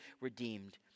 redeemed